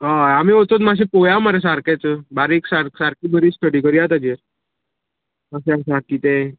हय हय आमी वचून मातशे पोया मरे सारकेंच बारीक सारकी बरी स्टडी करया ताजेर कशें आसा किदें